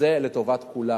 וזה לטובת כולם.